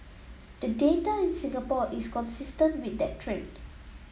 the data in Singapore is consistent with that trend